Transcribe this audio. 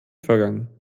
vergangen